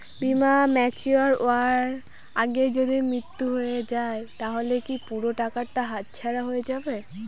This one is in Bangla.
বীমা ম্যাচিওর হয়ার আগেই যদি মৃত্যু হয় তাহলে কি পুরো টাকাটা হাতছাড়া হয়ে যাবে?